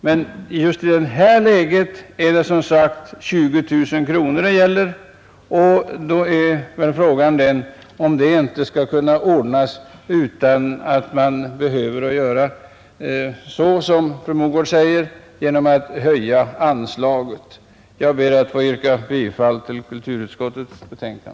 Men i detta läge gäller det emellertid som sagt 17 000 kronor, och då är väl frågan om dessa pengar inte skulle kunna ordnas utan att man behöver göra så som fru Mogård föreslår, alltså att höja anslaget. Jag ber, herr talman, få yrka bifall till kulturutskottets hemställan.